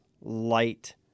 light